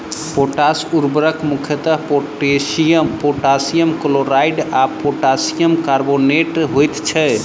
potash उर्वरक मुख्यतः potassium chloride आ पोटासियम कार्बोनेट होइत छै